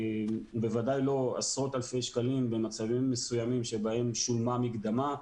בוודאי לא עשרות אלפי שקלים במצבים מסוימים שבהם שולמה מקדמה,